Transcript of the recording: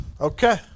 Okay